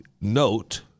note